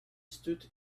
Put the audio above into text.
stood